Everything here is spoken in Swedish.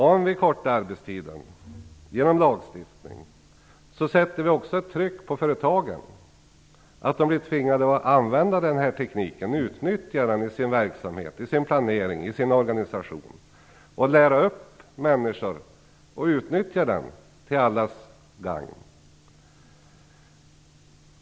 Om vi förkortar arbetstiden genom lagstiftning sätter vi också ett tryck på företagen. De blir tvingade att använda denna teknik, utnyttja den i sin verksamhet, planering och organisation och lära upp människor att utnyttja den till allas gagn.